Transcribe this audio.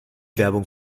werbung